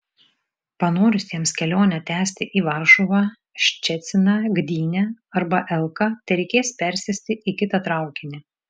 panorusiems kelionę tęsti į varšuvą ščeciną gdynę arba elką tereikės persėsti į kitą traukinį